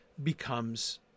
becomes